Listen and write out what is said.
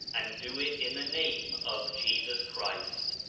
and do it in the name of jesus christ,